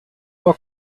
war